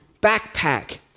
backpack